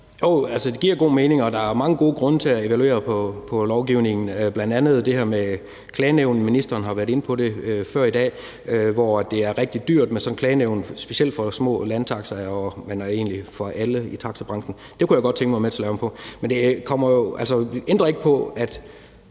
Jo, det giver god mening, og der er mange gode grunde til at evaluere på lovgivningen. Der er bl.a. det her med klagenævnet, og ministeren har været inde på det før i dag, hvor det er rigtig dyrt med sådan et klagenævn, specielt for små landtaxaer, men egentlig også for alle andre i taxabranchen, og det kunne jeg godt tænke mig at være med til at lave om på. Men det ændrer ikke på, at